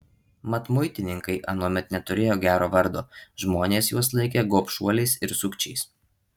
mat muitininkai anuomet neturėjo gero vardo žmonės juos laikė gobšuoliais ir sukčiais